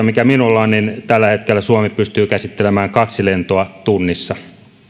mikä minulla on tällä hetkellä suomi pystyy käsittelemään kaksi lentoa tunnissa